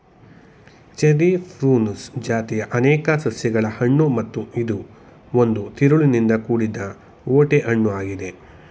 cherry prunus ಜಾತಿಯ ಅನೇಕ ಸಸ್ಯಗಳ ಹಣ್ಣು ಮತ್ತು ಇದು ಒಂದು ತಿರುಳಿನಿಂದ ಕೂಡಿದ ಓಟೆ ಹಣ್ಣು ಆಗಿದೆ